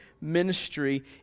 ministry